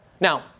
Now